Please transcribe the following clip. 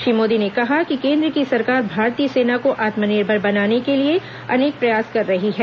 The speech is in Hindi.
श्री मोदी ने कहा कि केंद्र की सरकार भारतीय सेना को आत्मनिर्भर बनाने के लिए अनेक प्रयास कर रही है